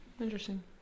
Interesting